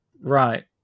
Right